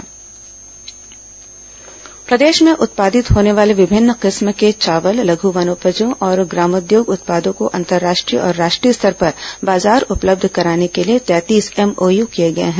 अंतर्राष्ट्रीय क्रेता विक्रेता सम्मेलन प्रदेश में उत्पादित होने वाले विभिन्न किस्म के चावल लघु वनोपजों और ग्रामोद्योग उत्पादों को अंतर्राष्ट्रीय और राष्ट्रीय स्तर पर बाजार उपलब्ध कराने के लिए तैंतीस एमओयू किए गए हैं